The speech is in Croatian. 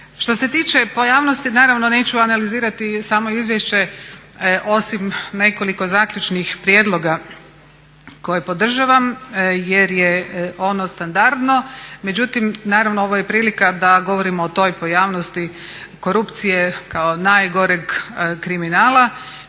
Što se tiče pojavnosti, naravno neću analizirati samo izvješće osim nekoliko zaključnih prijedloga koje podržavam jer je ono standardno, međutim naravno ovo je prilika da govorimo o toj pojavnosti korupcije kao najgoreg kriminala